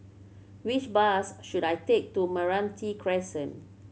which bus should I take to Meranti Crescent